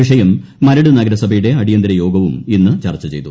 വിഷയം മരട് നഗരസഭയുടെ അടിയന്തര യോഗവും ഇന്ന് ചർച്ച ചെയ്തു